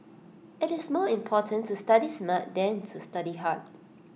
IT is more important to study smart than to study hard